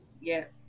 Yes